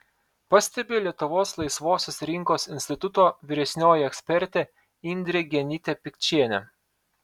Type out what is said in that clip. pastebi lietuvos laisvosios rinkos instituto vyresnioji ekspertė indrė genytė pikčienė